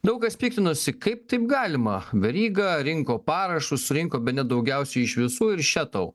daug kas piktinosi kaip taip galima veryga rinko parašus surinko bene daugiausia iš visų ir še tau